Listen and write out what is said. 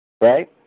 Right